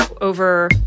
over